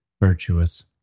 virtuous